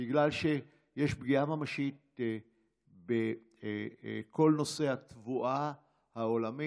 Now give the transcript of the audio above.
בגלל שיש פגיעה ממשית בכל נושא התבואה העולמי.